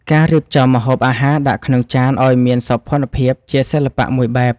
ការរៀបចំម្ហូបអាហារដាក់ក្នុងចានឱ្យមានសោភ័ណភាព ជាសិល្បៈមួយបែប។